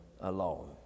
alone